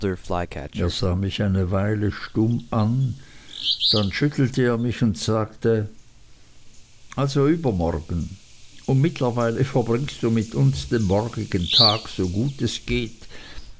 er sah mich eine weile stumm an dann schüttelte er mich und sagte also übermorgen und mittlerweile verbringst du mit uns den morgigen tag so gut es geht